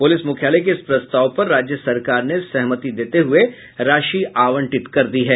police मुख्यालय के इस प्रस्ताव पर राज्य सरकार ने सहमति देते हुये राशि आवंटित कर दी है